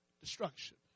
destruction